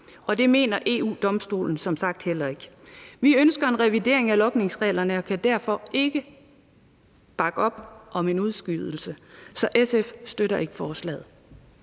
og det mener EU-Domstolen som sagt heller ikke. Vi ønsker en revidering af logningsreglerne og kan derfor ikke bakke op om en udskydelse, så SF støtter ikke forslaget.